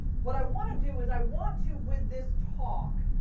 what i want to do is i want to, with this talk,